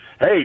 hey